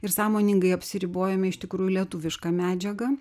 ir sąmoningai apsiribojame iš tikrųjų lietuviška medžiaga